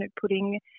putting